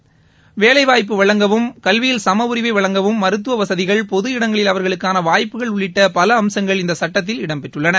மூன்றாம் பாலினத்தவர்களுக்கு வேலை வாய்ப்பு வழங்கவும் கல்வியில் சம உரிமை வழங்கவும் மருத்துவ வசதிகள் பொது இடங்களில் அவர்களுக்கான வாய்ப்புகள் உள்ளிட்ட பல அம்சங்கள் இந்த சட்டத்தில் இடம் பெற்றுள்ளன